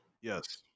Yes